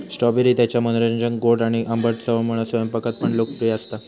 strawberry त्याच्या मनोरंजक गोड आणि आंबट चवमुळा स्वयंपाकात पण लोकप्रिय असता